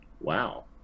Wow